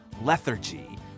lethargy